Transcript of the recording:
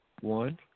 one